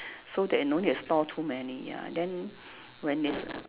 so that no need to store too many ya then when it's err